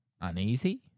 Uneasy